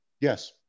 Yes